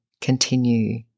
continue